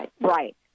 Right